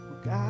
God